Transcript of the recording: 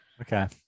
Okay